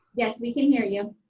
yes we can hear you.